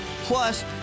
Plus